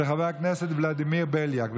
של חבר הכנסת ולדימיר בליאק,